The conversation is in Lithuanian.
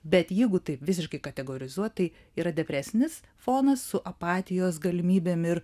bet jeigu taip visiškai kategorizuot tai yra depresinis fonas su apatijos galimybėm ir